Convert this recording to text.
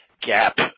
gap